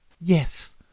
Yes